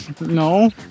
No